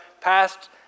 passed